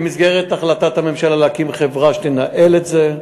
במסגרת החלטת הממשלה צריך להקים חברה שתנהל את זה,